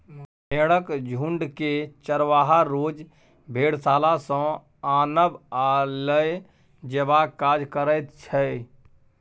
भेंड़क झुण्डकेँ चरवाहा रोज भेड़शाला सँ आनब आ लए जेबाक काज करैत छै